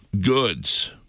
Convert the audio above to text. goods